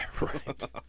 right